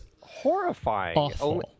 horrifying